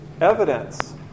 evidence